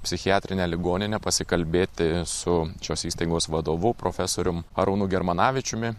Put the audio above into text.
psichiatrinę ligoninę pasikalbėti su šios įstaigos vadovu profesorium arūnu germanavičiumi